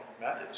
methods